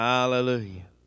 Hallelujah